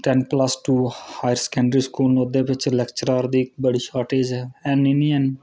ten plus two higher secondary school उत्थैं lecturer दी बड़ी शार्टेज ऐ